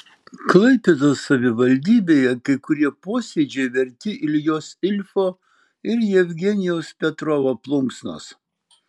klaipėdos savivaldybėje kai kurie posėdžiai verti iljos ilfo ir jevgenijaus petrovo plunksnos